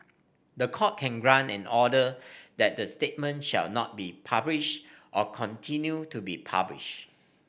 the Court can grant an order that the statement shall not be published or continue to be published